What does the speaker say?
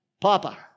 Papa